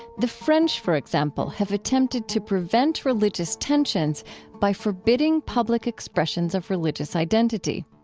the french, for example, have attempted to prevent religious tensions by forbidding public expressions of religious identity.